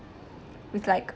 with like